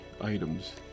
items